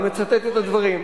אני מצטט את הדברים.